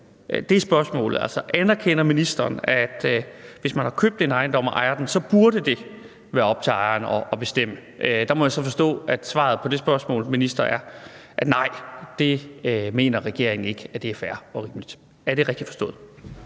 er spørgsmålet. Altså, anerkender ministeren, at hvis man har købt en ejendom og ejer den, så burde det være op til ejeren at bestemme? Der må jeg så forstå, at svaret fra ministeren på det spørgsmål er: Nej, det mener regeringen ikke er fair og rimeligt. Er det rigtigt forstået?